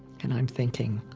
and i'm thinking,